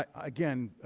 ah again,